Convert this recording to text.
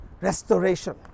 restoration